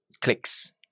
clicks